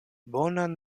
bonan